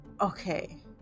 Okay